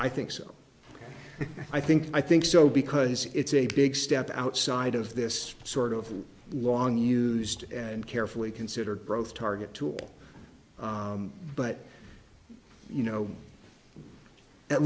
i think so i think i think so because it's a big step outside of this sort of long used and carefully considered growth target tool but you know at